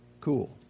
cool